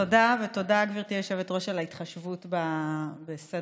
תודה, ותודה, גברתי היושבת-ראש, על ההתחשבות בסדר